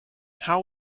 how